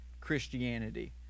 Christianity